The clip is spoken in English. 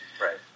Right